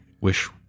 Wish